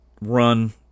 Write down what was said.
run